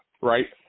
right